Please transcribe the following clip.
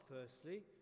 firstly